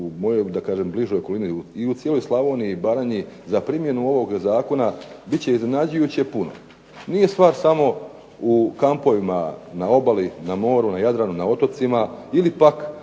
u mojoj da kažem bližoj okolini i u cijeloj Slavoniji i Baranji za primjenu ovog zakona bit će iznenađujuće puno. Nije stvar samo u kampovima, na obali, na moru, na Jadranu, na otocima ili pak